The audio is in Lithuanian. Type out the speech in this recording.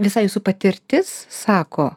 visa jūsų patirtis sako